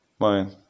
man